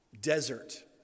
desert